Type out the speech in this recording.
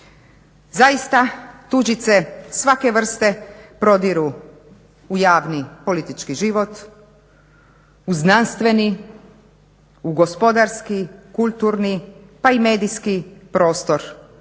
Zaista tuđice svake vrste prodiru u javni politički život, u znanstveni, u gospodarski, kulturni, pa i misijski prostor